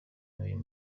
n’uyu